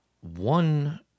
one